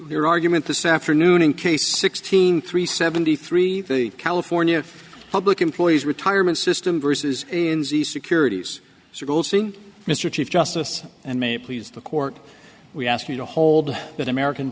their argument this afternoon in case sixty three seventy three the california public employees retirement system versus securities mr chief justice and may please the court we ask you to hold that american